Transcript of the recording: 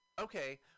Okay